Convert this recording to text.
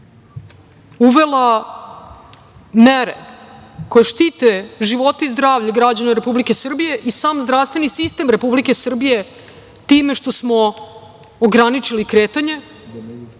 uvela mere koje štite živote i zdravlje građana Republike Srbije i sam zdravstveni sistem Republike Srbije time što smo ograničili kretanje,